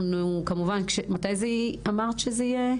מתי אמרת שזה יהיה?